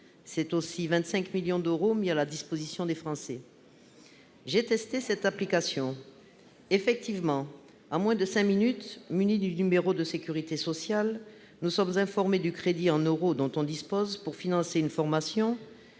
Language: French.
Ce sont aussi 25 millions d'euros mis à la disposition des Français. J'ai testé cette application : effectivement, en moins de cinq minutes, munis du numéro de sécurité sociale, nous sommes informés du crédit en euros dont nous disposons pour financer une formation